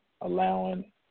allowing